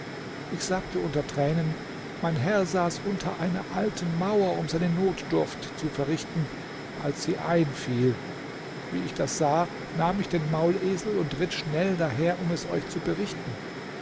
ich sagte unter tränen mein herr saß unter einer alten mauer um seine notdurft zu verrichten als sie einfiel wie ich das sah nahm ich den maulesel und ritt schnell daher um es euch zu berichten